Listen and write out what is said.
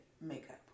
makeup